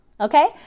okay